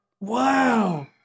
Wow